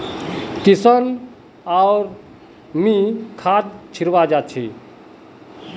किशन आर मी खाद खरीवा जा छी